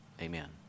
Amen